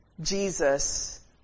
Jesus